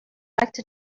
like